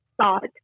thought